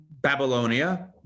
Babylonia